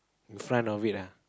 in front of it ah